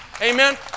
Amen